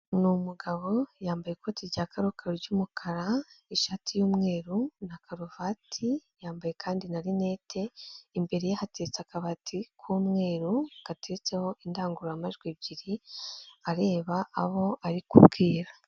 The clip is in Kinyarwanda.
Ni umugabo yambaye ikoti rya karokaro ry'umukara, ishati y'umweru na karuvati, yambaye kandi na rinete, imbere ye hateretse akabati k'umweru gateretseho indangururamajwi ebyiri areba abo ari kubwira.